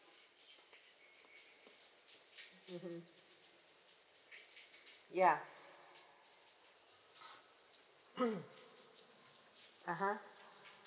mmhmm ya (uh huh)